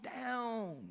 down